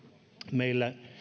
meillä